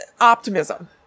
optimism